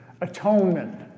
Atonement